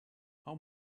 how